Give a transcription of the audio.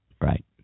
right